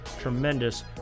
tremendous